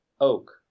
oak